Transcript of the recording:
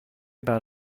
bad